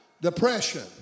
depression